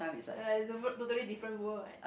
no like the totally different world like